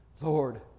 Lord